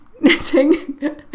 knitting